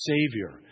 Savior